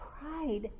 pride